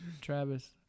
Travis